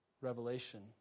Revelation